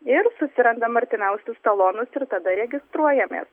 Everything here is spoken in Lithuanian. ir susirandam artimiausius talonus ir tada registruojamės